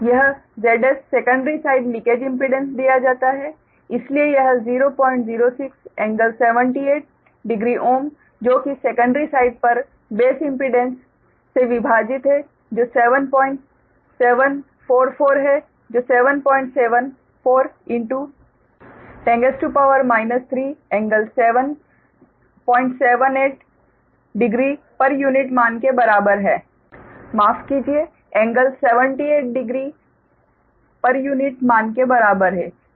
यह Zs secondary side leakage impedance दिया जाता है इसलिए यह 006∟780Ω जो कि सैकेंडरी साइड पर बेस इम्पीडेंस से विभाजित है जो 7744 है जो 774 10 3∟7 780 pu मान के बराबर है